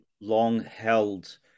long-held